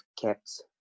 kept